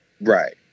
Right